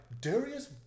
Darius